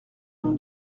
mon